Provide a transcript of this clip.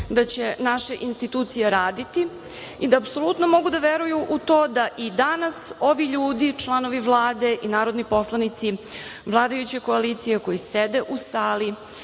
da će naše institucije raditi i da apsolutno mogu da veruju u to da i danas ovi ljudi, članovi Vlade i narodni poslanici vladajuće koalicije koji sede u sali